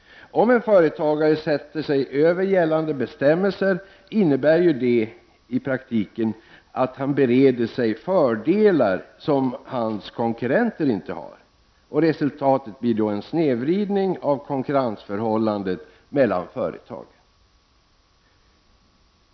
Om en företagare sätter sig över gällande bestämmelser, innebär ju detta i praktiken att han bereder sig fördelar som hans konkurrenter inte har. Resultatet blir en snedvridning av konkurrensförhållandet mellan företagen.